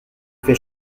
fait